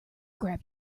grab